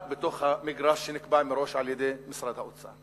בתוך המגרש שנקבע מראש על-ידי משרד האוצר.